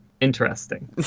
Interesting